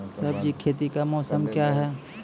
सब्जी खेती का मौसम क्या हैं?